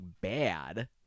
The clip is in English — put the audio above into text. bad